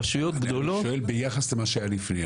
אני שואל ביחס למה שהיה לפני,